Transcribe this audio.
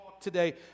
today